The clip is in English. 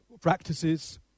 practices